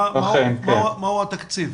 מהו התקציב?